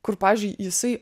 kur pavyzdžiui jisai